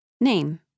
Name